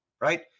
Right